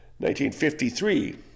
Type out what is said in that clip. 1953